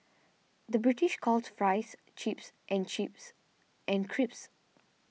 the British calls Fries Chips and Chips and creeps